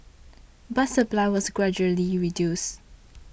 but supply was gradually reduced